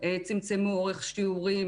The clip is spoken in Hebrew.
צמצמו אורך שיעורים,